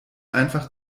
einfach